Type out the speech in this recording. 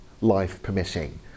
life-permitting